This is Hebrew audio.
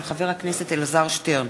של חבר הכנסת אלעזר שטרן.